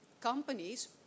companies